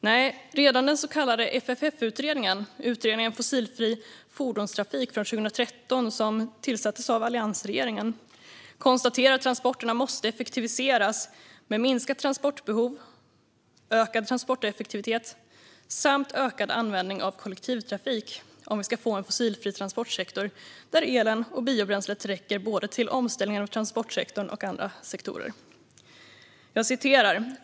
Nej, redan den så kallade FFF-utredningen, Utredningen om fossilfri fordonstrafik, från 2013, som tillsattes under alliansregeringen, konstaterade att transporterna måste effektiviseras med minskat transportbehov och ökad transporteffektivitet samt ökad användning av kollektivtrafik om vi ska få en fossilfri transportsektor där elen och biobränslet räcker till omställningen av både transportsektorn och andra sektorer.